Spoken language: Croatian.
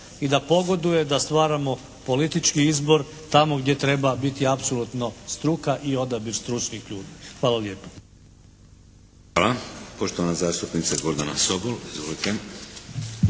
i da pogoduje, da stvaramo politički izbor tamo gdje treba biti apsolutno struka i odabir stručnih ljudi. Hvala lijepa. **Šeks, Vladimir (HDZ)** Hvala. Poštovana zastupnica Gordana Sobol. Izvolite.